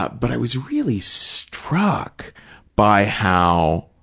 but i was really struck by how